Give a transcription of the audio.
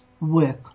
work